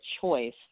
choice